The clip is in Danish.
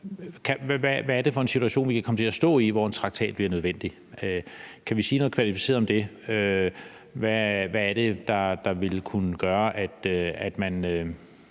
Hvad er det for en situation, vi kan komme til at stå i, hvor en traktat bliver nødvendig? Kan vi sige noget kvalificeret om det? Hvad er det, der vil kunne gøre, at man